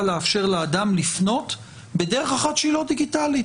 לאפשר לאדם לפנות בדרך אחת שהיא לא דיגיטלית,